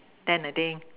ten I think